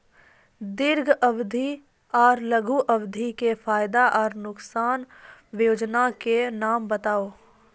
दीर्घ अवधि आर लघु अवधि के फायदा आर नुकसान? वयोजना के नाम बताऊ?